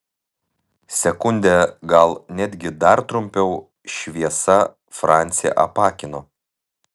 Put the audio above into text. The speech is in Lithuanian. sekundę gal netgi dar trumpiau šviesa francį apakino